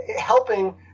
helping